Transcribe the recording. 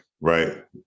right